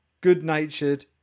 good-natured